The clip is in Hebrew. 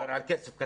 מבחינת הכסף.